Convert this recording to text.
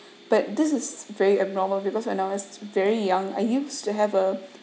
but this is very abnormal because when I was very young I used to have a